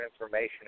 information